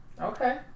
Okay